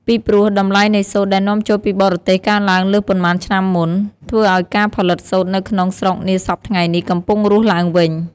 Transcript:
ពីព្រោះ តម្លៃនៃសូត្រដែលនាំចូលពីបរទេសកើនឡើងលើសប៉ុន្មានឆ្នាំមុន ធ្វើឱ្យការផលិតសូត្រនៅក្នុង ស្រុកនាសព្វថ្ងៃនេះកំពុងរស់ឡើងវិញ។